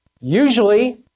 usually